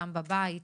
גם בבית,